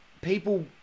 people